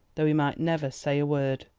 though he might never say a word.